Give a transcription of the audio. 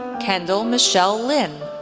kendal michele lin,